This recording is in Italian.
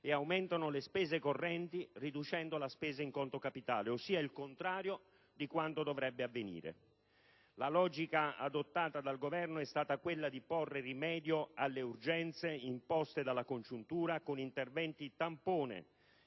e aumentano le spese correnti, riducendo la spesa in conto capitale, ossia il contrario di quanto dovrebbe avvenire. La logica adottata dal Governo è stata quella di porre rimedio alle urgenze imposte dalla congiuntura con interventi tampone,